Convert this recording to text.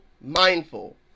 mindful